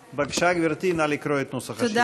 בבקשה, גברתי, נא לקרוא את נוסח השאילתה.